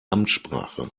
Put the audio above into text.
amtssprache